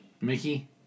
Mickey